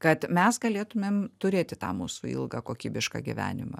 kad mes galėtumėm turėti tą mūsų ilgą kokybišką gyvenimą